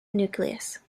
nucleus